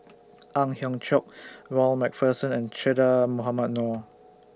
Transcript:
Ang Hiong Chiok Ronald MacPherson and Che Dah Mohamed Noor